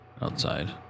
outside